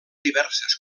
diverses